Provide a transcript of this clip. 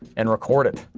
and record it.